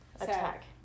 Attack